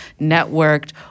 networked